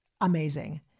amazing